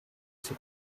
city